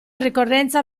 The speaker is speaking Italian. ricorrenza